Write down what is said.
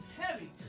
heavy